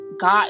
God